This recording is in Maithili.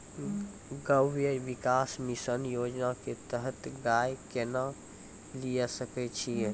गव्य विकास मिसन योजना के तहत गाय केना लिये सकय छियै?